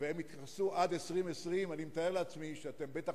הם יקרסו עד 2020. אני מתאר לעצמי שאתם בטח